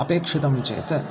अपेक्षितं चेत्